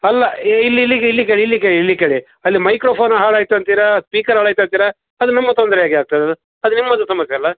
ಅಲ್ಲ ಇಲ್ಲಿ ಇಲ್ಲಿ ಇಲ್ಲಿ ಕೇಳಿ ಇಲ್ಲಿ ಕೇಳಿ ಇಲ್ಲಿ ಕೇಳಿ ಅಲ್ಲಿ ಮೈಕ್ರೋಫೋನ್ ಹಾಳು ಆಯಿತು ಅಂತೀರಾ ಸ್ಪೀಕರ್ ಹಾಳು ಆಯಿತು ಅಂತೀರಾ ಅದು ನಮ್ಮ ತೊಂದರೆ ಹೇಗೆ ಆಗ್ತದದು ಅದು ನಿಮ್ಮದು ಸಮಸ್ಯೆ ಅಲ್ಲ